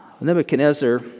Nebuchadnezzar